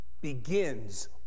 begins